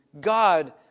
God